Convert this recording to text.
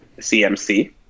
CMC